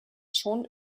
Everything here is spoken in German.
schon